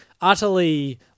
utterly